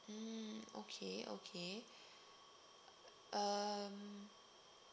mm okay okay um